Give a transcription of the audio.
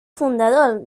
fundador